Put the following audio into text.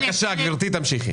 בבקשה, גברתי, תמשיכי.